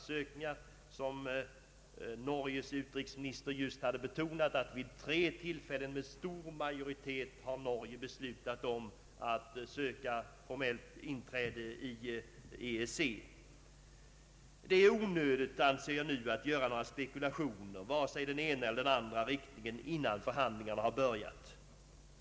Den norske utrikesministern har just betonat att Norge vid tre tillfällen med stor majoritet har beslutat om att söka formellt inträde i EEC. Det är helt onödigt, anser jag nu, att göra några spekulationer, vare sig i den ena eller den andra riktningen, innan förhandlingarna har börjat.